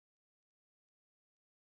a table and chair